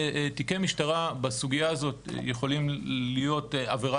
תיקי משטרה בסוגיה הזאת יכולים להיות עבירה